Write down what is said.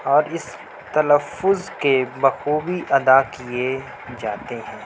اور اس تلفظ کے بخوبی ادا کیے جاتے ہیں